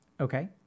Okay